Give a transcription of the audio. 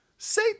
Say